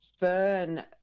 burn